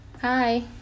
Hi